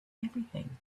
everything